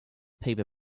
paper